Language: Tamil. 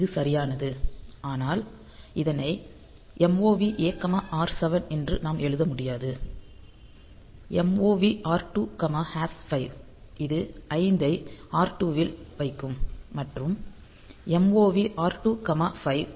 இது சரியானது ஆனால் இதனை MOV A R7 என்று நாம் எழுத முடியாது MOV R2 5 இது 5 ஐ R2 இல் வைக்கும் மற்றும் MOV R25